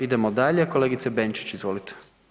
Idemo dalje, kolegice Benčić, izvolite.